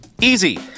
Easy